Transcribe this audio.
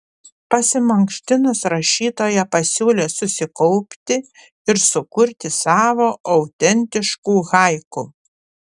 pasimankštinus rašytoja pasiūlė susikaupti ir sukurti savo autentiškų haiku